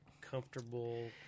comfortable